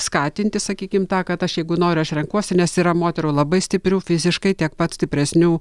skatinti sakykim tą kad aš jeigu noriu aš renkuosi nes yra moterų labai stiprių fiziškai tiek pats stipresnių